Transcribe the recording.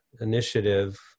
initiative